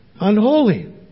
unholy